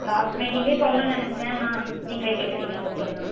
last மீட்டிங்கிலே சொல்லணுன்னு நினைச்சேன் ஆனால் நீங்களே கேட்டுவிட்டீங்க ஓகே மேம்